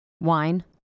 Wine